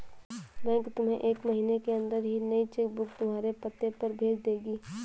bank तुम्हें एक महीने के अंदर ही नई चेक बुक तुम्हारे पते पर भेज देगी